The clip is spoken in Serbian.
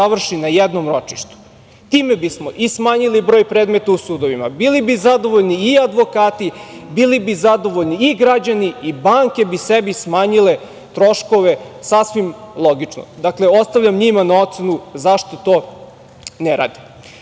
na jednom ročištu. Time bismo i smanjili broj predmeta u sudovima, bili bi zadovoljni i advokati, bili bi zadovoljni i građani i banke bi sebi smanjile troškove. Ostavljam njima na ocenu zašto to ne